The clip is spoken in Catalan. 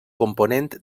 component